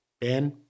Ben